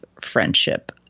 friendship